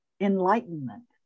enlightenment